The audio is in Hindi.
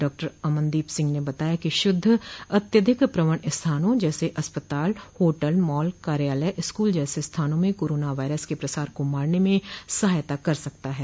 डॉ अमनदीप सिंह बताया कि शुद्ध अत्यधिक प्रवण स्थानों जैसे कि अस्पताल होटल मॉल कार्यालय स्कूल जैसे स्थानों में कोरोनावायरस के प्रसार को मारने में सहायता कर सकता है